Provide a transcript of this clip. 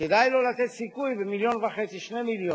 במקומות שאנחנו כל כך עמלים כדי לקרב בין בני-אדם.